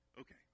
Okay